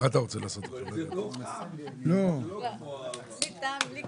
זה גם היה,